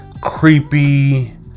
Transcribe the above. creepy